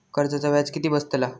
कर्जाचा व्याज किती बसतला?